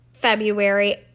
February